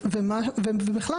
ובכלל,